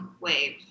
wave